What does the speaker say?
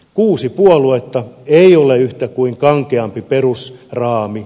kuusi puoluetta ei ole yhtä kuin kankeampi perusraami